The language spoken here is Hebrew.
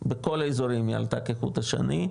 בכל האזורים היא עלה כחוט השני,